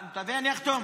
תביא, אני אחתום.